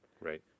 Right